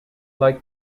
like